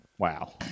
Wow